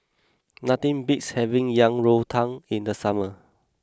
nothing beats having Yang Rou Tang in the Summer